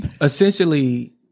Essentially